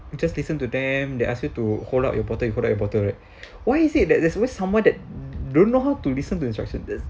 you just listen to them they ask you to hold up your bottle and put up your bottle right why is it that there's always someone that don't know how to listen to instruction just